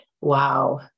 Wow